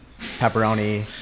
pepperoni